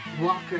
Walker